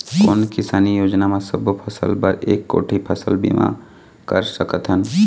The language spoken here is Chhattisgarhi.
कोन किसानी योजना म सबों फ़सल बर एक कोठी फ़सल बीमा कर सकथन?